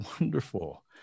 wonderful